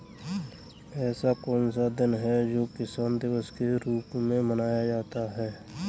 ऐसा कौन सा दिन है जो किसान दिवस के रूप में मनाया जाता है?